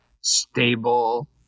stable